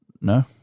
No